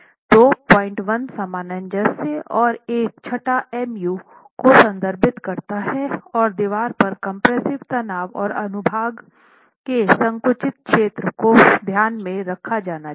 तो 01 सामंजस्य औरएक छटा म्यू को संदर्भित करता है और दीवार पर कम्प्रेस्सिव तनाव और अनुभाग के संकुचित क्षेत्र को ध्यान में रखा जाना चाहिए